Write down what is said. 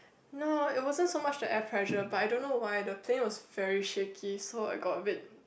no it wasn't so much the air pressure but I don't know why the plane was very shaky so I got a bit